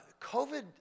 COVID